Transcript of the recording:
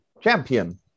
champion